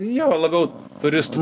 jo labiau turistų